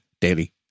daily